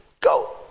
go